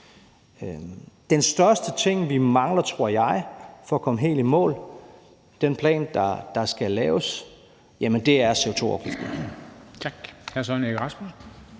Den største ting, vi mangler, tror jeg, for at komme helt i mål, i forhold til den plan, der skal laves, er CO2-afgiften.